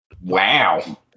Wow